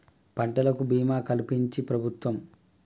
పంటలకు భీమా కలిపించించి ప్రభుత్వం